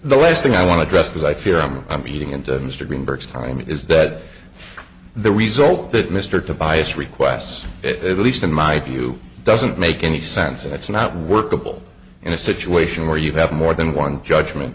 the last thing i want to dress because i fear i'm competing into mr greenberg's time is that the result that mr tobias requests it least in my view doesn't make any sense and it's not workable in a situation where you have more than one judgment